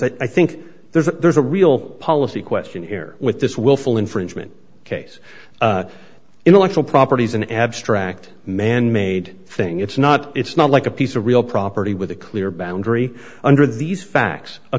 that i think there's a real policy question here with this willful infringement case intellectual properties an abstract man made thing it's not it's not like a piece of real property with a clear boundary under these facts a